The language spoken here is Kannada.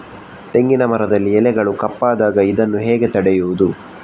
ತೆಂಗಿನ ಮರದಲ್ಲಿ ಎಲೆಗಳು ಕಪ್ಪಾದಾಗ ಇದನ್ನು ಹೇಗೆ ತಡೆಯುವುದು?